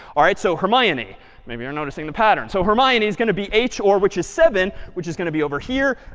all right, so hermione maybe you're noticing the pattern so hermione is going to be h, or which is seven, which is going to be over here.